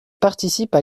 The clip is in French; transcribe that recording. participe